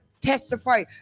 testify